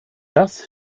das